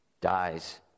dies